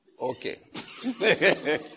Okay